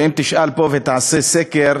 אם תשאל פה ותעשה סקר,